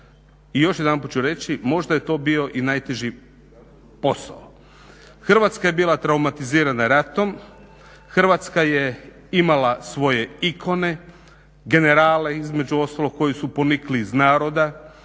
I još jedanput ću reći možda je to bio i najteži posao. Hrvatska je bila traumatizirana ratom, Hrvatska je imala svoje ikone, generale između ostalog koji su ponikli iz naroda